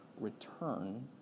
return